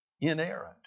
inerrant